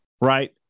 right